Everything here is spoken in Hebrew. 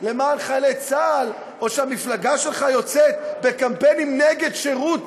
למען חיילי צה"ל או שהמפלגה שלך יוצאת בקמפיינים נגד שירות